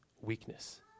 weakness